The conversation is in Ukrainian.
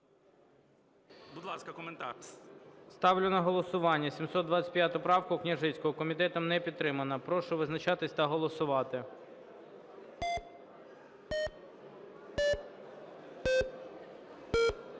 Ставлю на голосування 725 правку Княжицького, комітетом не підтримана. Прошу визначатись та голосувати.